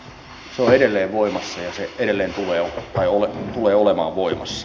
se on edelleen voimassa ja se tulee olemaan voimassa